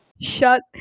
Shut